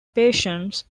patients